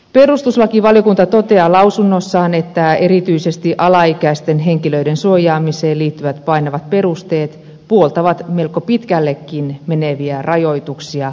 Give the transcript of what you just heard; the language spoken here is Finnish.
perustuslakivaliokunta toteaa lausunnossaan että erityisesti alaikäisten henkilöiden suojaamiseen liittyvät painavat perusteet puoltavat melko pitkällekin meneviä rajoituksia opiskeluoikeuteen